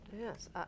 yes